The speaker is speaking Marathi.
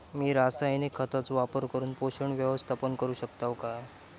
मी रासायनिक खतांचो वापर करून पोषक व्यवस्थापन करू शकताव काय?